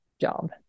job